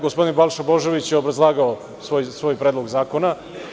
Gospodin Balša Božović je obrazlagao svoj predlog zakona.